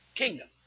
kingdom